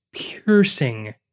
piercing